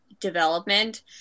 development